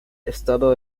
estado